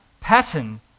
pattern